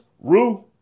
Rue